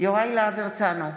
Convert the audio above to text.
יוראי להב הרצנו,